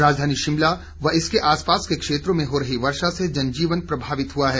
राजधानी शिमला व इसके आसपास के क्षेत्रों में हो रही वर्षा से जनजीवन प्रभावित हुआ है